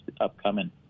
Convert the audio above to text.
upcoming